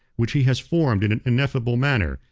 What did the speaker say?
which he has formed in an ineffable manner,